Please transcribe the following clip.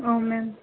औ मेम